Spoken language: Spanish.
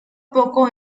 poco